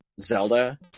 Zelda